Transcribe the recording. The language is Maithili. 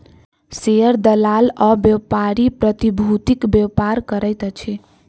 शेयर दलाल आ व्यापारी प्रतिभूतिक व्यापार करैत अछि